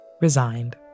resigned